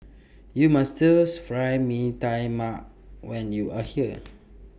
YOU must Stir Fried Mee Tai Mak when YOU Are here